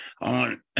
on